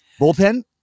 Bullpen